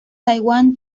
taiwan